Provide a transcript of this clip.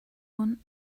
want